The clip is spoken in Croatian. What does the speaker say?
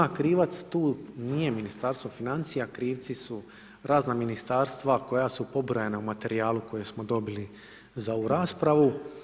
A krivac tu nije Ministarstvo financija, krivci su razna ministarstva koja su pobrojana u materijalu koja smo dobili za ovu raspravu.